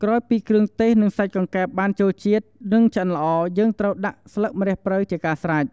ក្រោយពីគ្រឿងទេស និងសាច់កង្កែបបានចូលជាតិ និងឆ្អិនល្អ យើងត្រូវដាក់ ស្លឹកម្រះព្រៅជាការស្រេច។